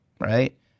Right